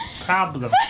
problem